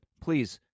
please